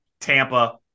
Tampa